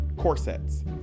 corsets